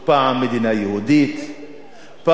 פעם זה שטח לא כבוש,